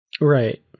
Right